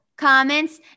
Comments